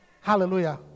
Hallelujah